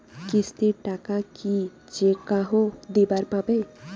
কিস্তির টাকা কি যেকাহো দিবার পাবে?